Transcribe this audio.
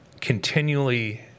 continually